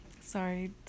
sorry